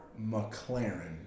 McLaren